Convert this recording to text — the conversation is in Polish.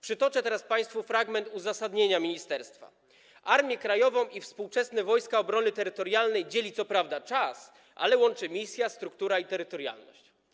Przytoczę teraz państwu fragment uzasadnienia ministerstwa: Armię Krajową i współczesne Wojska Obrony Terytorialnej dzieli co prawda czas, ale łączy misja, struktura i terytorialność.